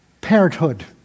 parenthood